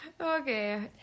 Okay